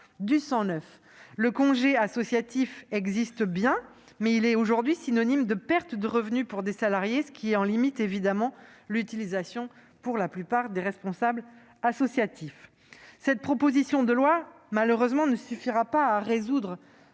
neuf. Le congé associatif existe bien, mais il est aujourd'hui synonyme de perte de revenu pour des salariés, ce qui en limite l'utilisation par la plupart des responsables associatifs. Cette proposition de loi ne suffira malheureusement pas à résoudre